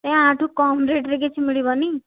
ଏ ଆଠୁ କମ୍ ରେଟ୍ରେ କିଛି ମିଳିବନାହିଁ